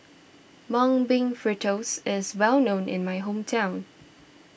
Mung Bean Fritters is well known in my hometown